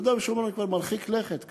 ביהודה ושומרון אתה מרחיק לכת קצת.